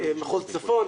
במחוז צפון,